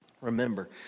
Remember